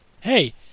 hey